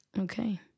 Okay